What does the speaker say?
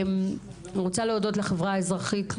אני רוצה להודות לחברה האזרחית.